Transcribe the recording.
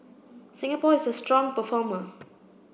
Singapore is a strong performer